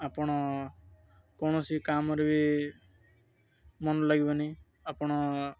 ଆପଣ କୌଣସି କାମରେ ବି ମନ ଲାଗିବନି ଆପଣ